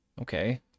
Okay